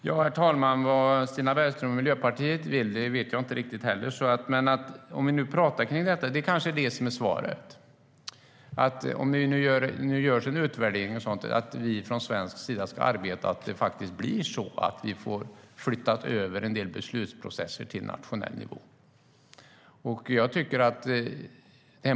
Herr talman! Vad Stina Bergström och Miljöpartiet vill vet jag inte riktigt, men nu görs en utvärdering och vi ska från svensk sida arbeta för att få en del beslutsprocesser flyttade över till nationell nivå.